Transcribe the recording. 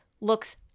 looks